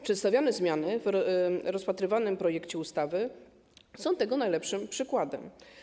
Przedstawione zmiany w rozpatrywanym projekcie ustawy są tego najlepszym przykładem.